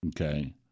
Okay